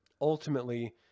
Ultimately